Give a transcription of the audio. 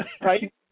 right